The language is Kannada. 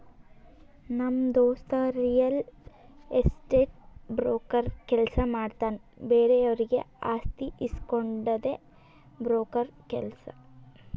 ನಮ್ ದೋಸ್ತ ರಿಯಲ್ ಎಸ್ಟೇಟ್ ಬ್ರೋಕರ್ ಕೆಲ್ಸ ಮಾಡ್ತಾನ್ ಬೇರೆವರಿಗ್ ಆಸ್ತಿ ಇಸ್ಕೊಡ್ಡದೆ ಬ್ರೋಕರ್ ಕೆಲ್ಸ